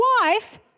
wife